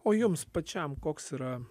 o jums pačiam koks yra